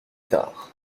tard